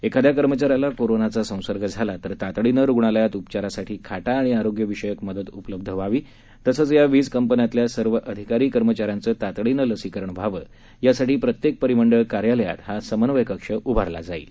एखाद्या कर्मचाऱ्याला कोरोनाचा संसर्ग झाला तर तातडीनं रुग्णालयात उपचारासाठी खाटा आणि आरोग्यविषयक मदत उपलब्ध व्हावी तसंच या वीज कंपन्यातल्या सर्व अधिकारी कर्मचाऱ्यांचं तातडीनं लसीकरण व्हावं यासाठी प्रत्येक परिमंडळ कार्यालयात हा समन्वय कक्ष उभारला जाणार आहे